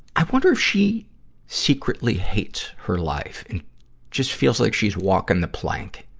i wonder if she secretly hates her life? and just feels like she's walking the plank.